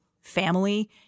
family